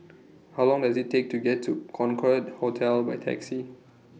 How Long Does IT Take to get to Concorde Hotel By Taxi